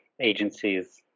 agencies